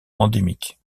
endémique